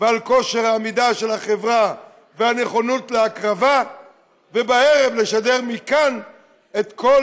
ועל כושר עמידה של החברה והנכונות להקרבה ובערב לשדר מכאן את כל